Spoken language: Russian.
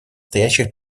стоящих